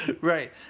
Right